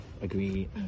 agree